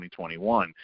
2021